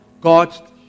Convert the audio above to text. God